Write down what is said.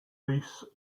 lease